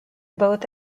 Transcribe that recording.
both